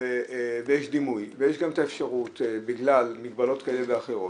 ויש דימוי ויש גם את האפשרות בגלל מגבלות כאלה ואחרות.